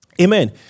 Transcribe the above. Amen